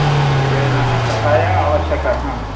गुडेन कषायः आवश्यकः हा